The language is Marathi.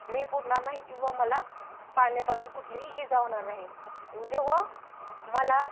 मी बुडणार नाही किंवा मला पाण्यापासून कुठलीही इजा होणार नाही जेव्हा मला